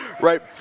Right